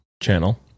channel